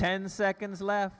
ten seconds left